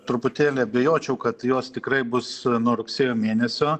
truputėlį abejočiau kad jos tikrai bus nuo rugsėjo mėnesio